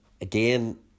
again